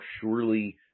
surely